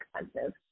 expensive